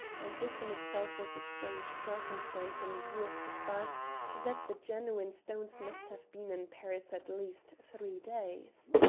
and this in itself was a strange circumstance in view of the fact that the genuine stones must have been in paris at least three days.